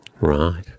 Right